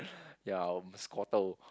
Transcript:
ya um Squirtle